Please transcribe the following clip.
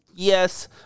Yes